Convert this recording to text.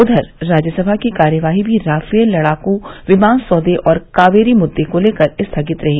उधर राज्यसभा की कार्यवाही भी राफेल लड़ाकू विमान सौदे और कावेरी मुद्रो को लेकर स्थगित रही